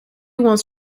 wants